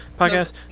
podcast